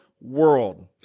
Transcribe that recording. world